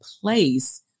place